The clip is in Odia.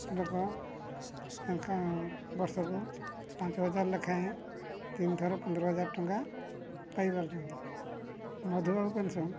ଲୋକ ବର୍ଷକୁ ପାଞ୍ଚ ହଜାର ଲେଖାଏଁ ତିନିଥର ପନ୍ଦର ହଜାର ଟଙ୍କା ପାଇ ପାରୁଛନ୍ତି ମଧୁବାବୁ ପେନ୍ସନ୍